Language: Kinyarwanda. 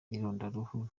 irondaruhu